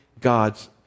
God's